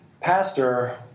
Pastor